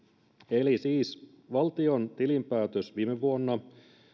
eli siis valtion tilinpäätös viime vuonna